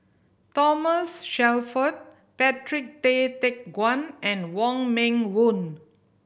Thomas Shelford Patrick Tay Teck Guan and Wong Meng Voon